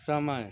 समय